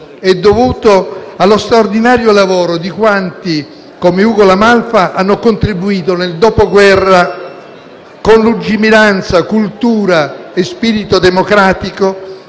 è dovuto allo straordinario lavoro di quanti, come Ugo La Malfa, hanno contribuito nel dopoguerra, con lungimiranza, cultura e spirito democratico,